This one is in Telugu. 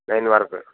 నైన్ వరకు